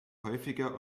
häufiger